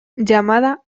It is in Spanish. llamada